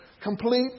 complete